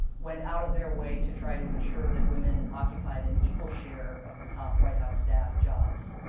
went out of their way to try to ensure that women occupied an equal share of the top white house staff jobs.